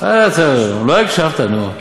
לא הקשבת, נו.